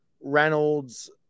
Reynolds